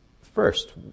first